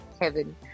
heaven